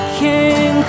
king